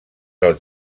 del